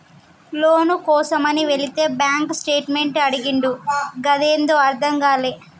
లోను కోసమని వెళితే bank statement అడిగిండు గదేందో అర్థం గాలే